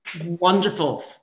wonderful